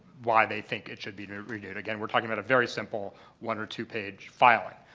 why they think it should be renewed. again, we're talking about a very simple one or two-page filing.